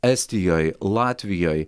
estijoj latvijoj